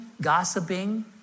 gossiping